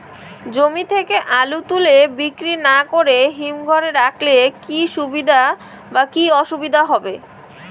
জমি থেকে আলু তুলে বিক্রি না করে হিমঘরে রাখলে কী সুবিধা বা কী অসুবিধা হবে?